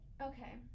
Okay